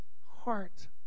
heart